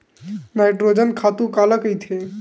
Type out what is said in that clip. Nitrogen खातु काला कहिथे?